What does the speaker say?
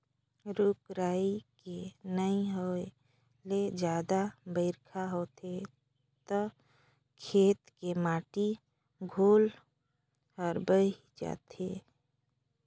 रूख राई के नइ होए ले जादा बइरखा होथे त खेत के माटी घलो हर बही जाथे